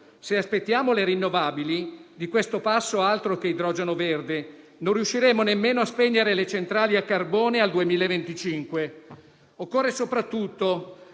Se aspettiamo le rinnovabili, di questo passo altro che idrogeno verde: non riusciremo nemmeno a spegnere le centrali a carbone al 2025. Occorre, soprattutto,